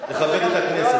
תכבד את הכנסת.